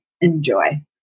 enjoy